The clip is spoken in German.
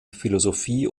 philosophie